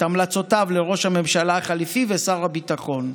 את המלצותיו לראש הממשלה החליפי ושר הביטחון.